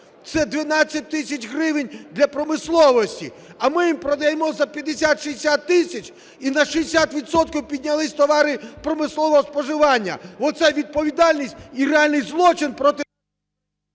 це 12 тисяч гривень для промисловості. А ми їм продаємо за 50-60 тисяч, і на 60 відсотків піднялись товари промислового споживання. Оце відповідальність і реальний злочин проти…